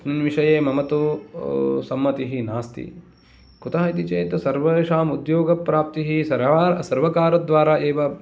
तस्मिन् विषये मम तु सम्मतिः नास्ति कुतः इति चेत् सर्वेषाम् उद्योगप्राप्तिः सदा सर्वकारद्वारा एव